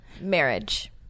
marriage